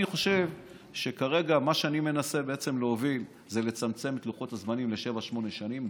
מה שכרגע אני מנסה להוביל זה לצמצם את לוחות הזמנים לשבע-שמונה שנים,